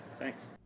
Thanks